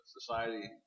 Society